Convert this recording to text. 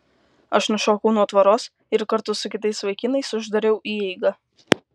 aš nušokau nuo tvoros ir kartu su kitais vaikinais uždariau įeigą